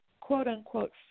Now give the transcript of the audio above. quote-unquote